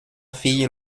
fille